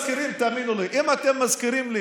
תאמינו לי, אם אתם מזכירים לי